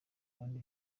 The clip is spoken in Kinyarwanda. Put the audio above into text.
kandi